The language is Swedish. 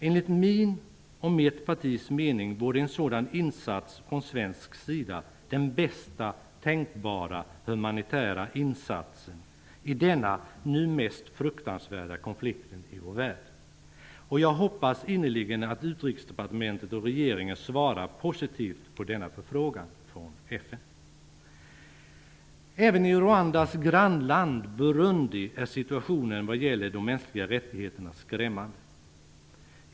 Enligt min och mitt partis mening vore en sådan insats från svensk sida den bästa tänkbara humanitära insatsen i denna nu mest fruktansvärda konflikt i vår värld. Jag hoppas innerligen att Utrikesdepartementet och regeringen svarar positivt på denna förfrågan från FN. Även i Rwandas grannland Burundi är situationen vad gäller de mänskliga rättigheterna skrämmande.